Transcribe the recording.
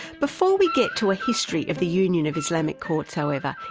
before we get to a history of the union of islamic courts however,